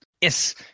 Yes